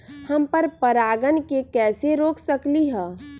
हम पर परागण के कैसे रोक सकली ह?